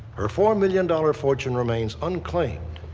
her four million dollars fortune remains unclaimed.